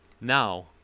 now